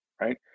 right